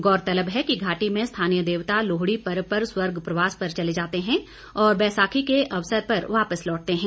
गौरतलब है कि घाटी में स्थानीय देवता लोहड़ी पर्व पर स्वर्ग प्रवास पर चले जाते हैं और बैसाखी के अवसर पर वापस लौटते हैं